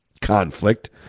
conflict